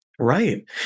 Right